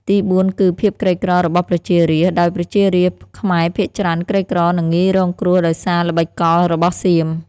ទីបួនគឺ ភាពក្រីក្ររបស់ប្រជារាស្ត្រ ដោយប្រជារាស្ត្រខ្មែរភាគច្រើនក្រីក្រ និងងាយរងគ្រោះដោយសារល្បិចកលរបស់សៀម។